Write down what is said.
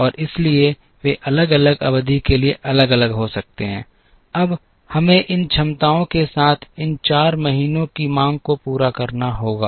और इसलिए वे अलग अलग अवधि के लिए अलग अलग हो सकते हैं अब हमें इन क्षमताओं के साथ इन 4 महीनों की मांग को पूरा करना होगा